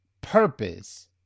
purpose